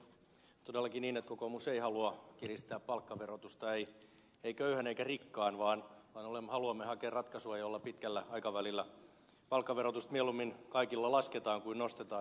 todellakin kokoomus ei halua kiristää palkkaverotusta ei köyhän eikä rikkaan vaan haluamme hakea ratkaisua jolla pitkällä aikavälillä palkkaverotusta mieluummin kaikilla lasketaan kuin nostetaan